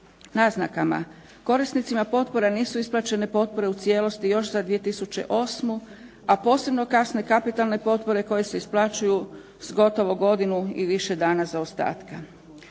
naznakama, korisnicima potpora nisu isplaćene potpore u cijelosti još za 2008. a posebno kasne kapitalne potpore koje se isplaćuju s gotovo godinu i više dana zaostatka.